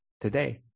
today